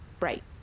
Right